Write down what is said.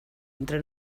entre